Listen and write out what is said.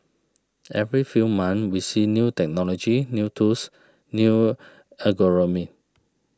every few months we see new technology new tools new algorithms